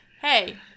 hey